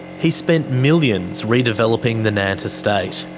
he spent millions redeveloping the nant estate.